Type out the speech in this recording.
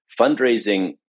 fundraising